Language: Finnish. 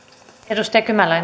arvoisa